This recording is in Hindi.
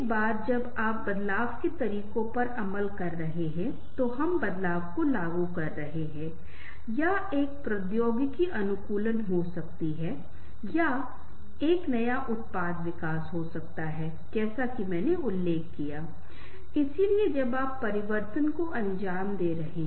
बातचीत आत्म प्रकटीकरण यह बांड का गठन करते हैं और आगे के परीक्षण के लिए कम की जरूरत है क्योंकि एक बार जब हम स्व प्रकटीकरण का परीक्षण कर चुके हैं तो कोई और परीक्षण की आवश्यकता नहीं है जैसा कि मैंने पहले ही उल्लेख किया है कि आत्म प्रकटीकरण पारस्परिक है